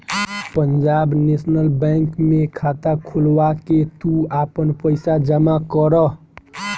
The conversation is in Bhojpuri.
पंजाब नेशनल बैंक में खाता खोलवा के तू आपन पईसा जमा करअ